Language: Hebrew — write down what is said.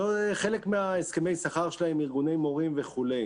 זה חלק מהסכמי השכר שלהם עם ארגוני מורים וכו'.